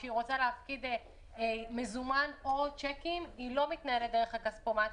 כשהיא רוצה להפקיד מזומן או צ'קים היא לא מתנהלת דרך הכספומטים.